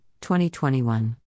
2021